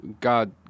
God